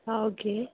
ആ ഓക്കെ